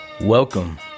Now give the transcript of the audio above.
Welcome